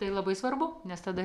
tai labai svarbu nes tada